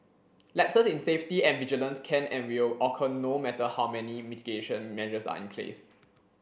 lapses in safety and vigilance can and will occur no matter how many mitigation measures are in place